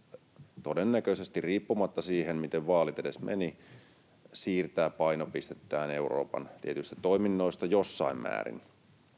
— todennäköisesti riippumatta siitä, miten vaalit edes menivät — siirtää painopistettään Euroopan tietyistä toiminnoista jossain määrin.